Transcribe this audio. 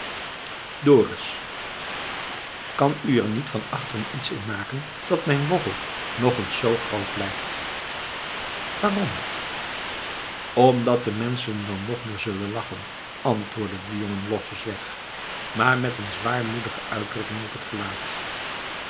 dorus kan u er niet van achteren iets in maken dat mijn bochel nog eens zoo groot lijkt waarom omdat de menschen dan nog meer zullen lachen antwoordde de jongen losjes weg maar met een zwaarmoedige uitdrukking op zijn gelaat